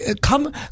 come